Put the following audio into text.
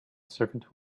servant